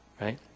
right